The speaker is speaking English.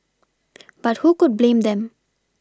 but who could blame them